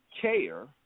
care